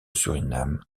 suriname